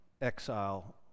exile